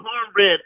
cornbread